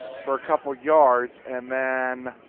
for a couple of yards, and then